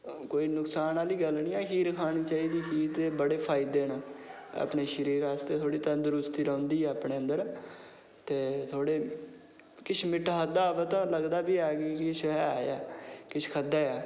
ते कोई नुक्सान आह्ली गल्ल निं ऐ खीर खाने दे बड़े फायदे न अपने शरीर आस्ते तंदरुस्ती रौहंदी ऐ अपने अंदर ते थोह्ड़े किश मिट्ठा खाद्धा तां लगदा की किश ऐ ऐ किश खाद्धा ऐ